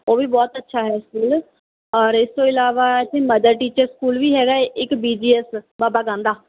ਉਹ ਵੀ ਬਹੁਤ ਅੱਛਾ ਹੈ ਸਕੂਲ ਔਰ ਇਸ ਤੋਂ ਇਲਾਵਾ ਇੱਥੇ ਮਦਰ ਟੀਚਰ ਸਕੂਲ ਵੀ ਹੈਗਾ ਇੱਕ B G S Baba Gandha